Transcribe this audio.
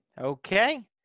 Okay